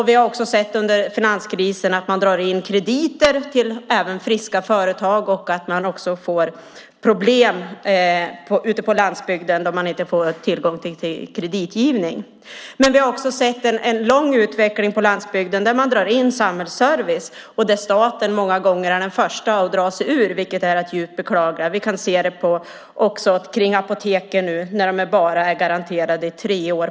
Vi har under finanskrisen också sett att krediter även till friska företag dras in och att man får problem ute på landsbygden när man inte får tillgång till kreditgivning. Vi har också sett en lång utveckling på landsbygden där man drar in samhällsservice och där staten många gånger är den första att dra sig ur, vilket är att djupt beklaga. Vi kan nu se det på apoteken, som på landsbygden bara är garanterade i tre år.